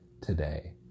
today